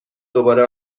دوباره